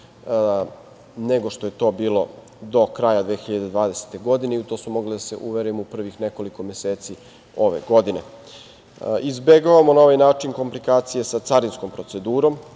nego što je to bilo do kraja 2020. godine, u to smo mogli da se uverimo u prvih nekoliko meseci ove godine. Izbegavamo na ovaj komplikacije sa carinskom procedurom.